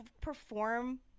perform